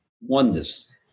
oneness